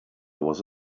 was